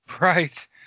Right